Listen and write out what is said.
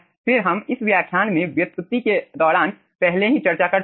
फिर हम इस व्याख्यान में व्युत्पत्ति के दौरान पहले ही चर्चा कर चुके हैं